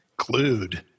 clued